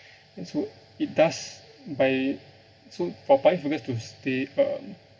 and so it does by so for public figures to stay um